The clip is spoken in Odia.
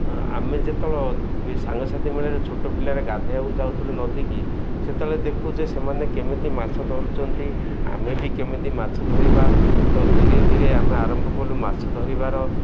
ଆମେ ଯେତେବେଳେ ସାଙ୍ଗସାଥି ମେଳରେ ଛୋଟ ପିଲାରେ ଗାଧେଇବାକୁ ଯାଉଥିଲୁ ନଦୀକି ସେତେବେଳେ ଦେଖୁ ଯେ ସେମାନେ କେମିତି ମାଛ ଧରୁଛନ୍ତି ଆମେ ବି କେମିତି ମାଛ ଧରିବା ତ ଧୀରେ ଧୀରେ ଆମେ ଆରମ୍ଭ କଲୁ ମାଛ ଧରିବାର